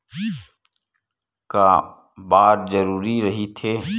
का बार जरूरी रहि थे?